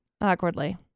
awkwardly